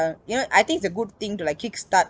uh you know I think it's a good thing to like kick start